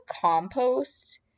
compost